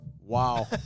wow